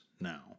now